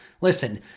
Listen